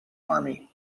army